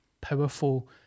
powerful